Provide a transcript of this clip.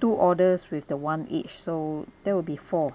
two orders with the one each so that will be four